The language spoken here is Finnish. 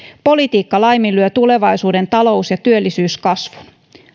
politiikka laiminlyö tulevaisuuden talous ja työllisyyskasvun